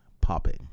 Popping